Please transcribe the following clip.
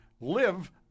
live